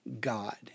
God